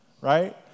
right